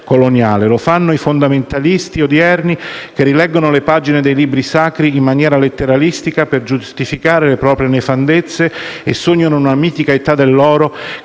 lo fanno i fondamentalisti odierni che rileggono le pagine dei libri sacri in maniera letteralistica per giustificare le proprie nefandezze e sognano una mitica età dell'oro che